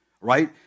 right